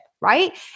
right